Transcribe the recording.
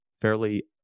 fairly